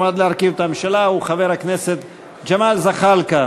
המועמד להרכיב את הממשלה הוא חבר הכנסת ג'מאל זחאלקה.